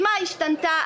השתנתה,